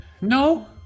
No